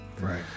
Right